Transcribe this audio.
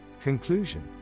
Conclusion